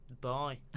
Bye